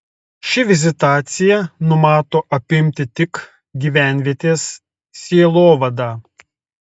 ši vizitacija numato apimti tik gyvenvietės sielovadą